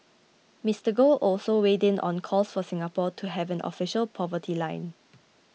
Mister Goh also weighed in on calls for Singapore to have an official poverty line